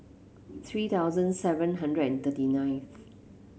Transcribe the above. three thousand seven hundred and thirty nine